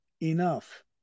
enough